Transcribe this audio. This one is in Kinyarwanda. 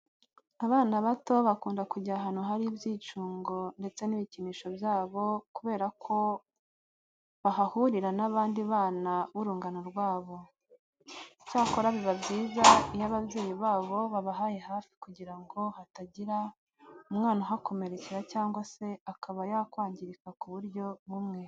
Abana bato bakunda kujya ahantu hari ibyicungo ndetse n'ibikinisho byabo kubera ko bahahurira n'abandi bana b'urungano rwabo. Icyakora biba byiza iyo ababyeyi babo bababaye hafi kugira ngo hatagira umwana uhakomerekera cyangwa se akaba yakwangirika mu buryo bumwe.